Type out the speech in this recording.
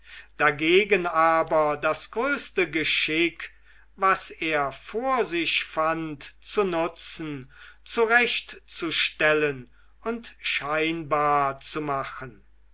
dagegen aber das größte geschick was er vor sich fand zu nutzen zurechtzustellen und scheinbar zu machen